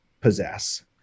possess